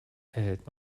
erhält